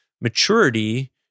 maturity